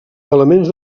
elements